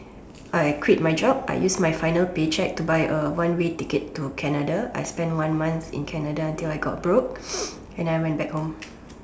I quit my job I use my final pay check to buy a one way ticket to Canada I spent one month in Canada until I got broke and then I went back home